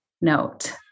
note